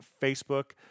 Facebook